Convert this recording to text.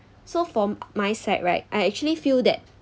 so from my side right I actually feel that